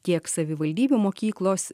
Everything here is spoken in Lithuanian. tiek savivaldybių mokyklos